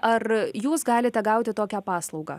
ar jūs galite gauti tokią paslaugą